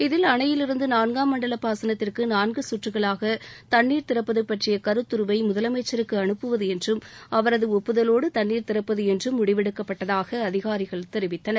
இதில் அணையிலிருந்து நான்காம் மண்டல பாசனத்திற்கு நான்கு கற்றுக்களாக தண்ணீர் திறப்பது பற்றிய கருத்துருவை முதலமைச்சருக்கு அனுப்புவது என்றும் அவரது ஒப்புதலோடு தண்ணீர் திறப்பது என்றும் முடிவெடுக்கப்பட்டதாக அதிகாரிகள் தெரிவித்தனர்